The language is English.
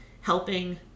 helping